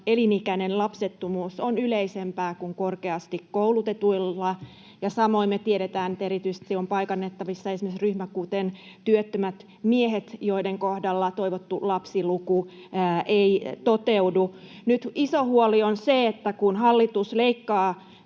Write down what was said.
elinikäinen lapsettomuus on yleisempää kuin korkeasti koulutetuilla, ja samoin me tiedetään, että on erityisesti paikannettavissa ryhmiä, kuten esimerkiksi työttömät miehet, joiden kohdalla toivottu lapsiluku ei toteudu. Nyt iso huoli on se, että kun hallitus leikkaa